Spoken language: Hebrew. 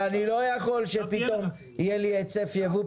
אני לא יכול שיהיה היצף יבוא,